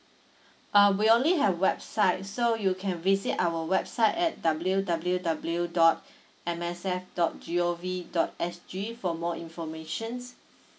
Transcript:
uh we only have website so you can visit our website at W W W dot M S G dot G O V dot S G for more informations